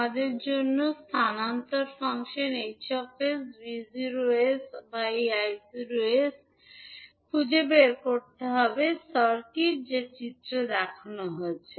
আমাদের জন্য স্থানান্তর ফাংশন H 𝑠 𝑉𝑜 𝑠 𝐼𝑜 𝑠 খুঁজে বের করতে হবে সার্কিট যা চিত্রে দেওয়া হয়েছে